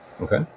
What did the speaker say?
Okay